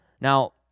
Now